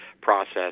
process